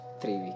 three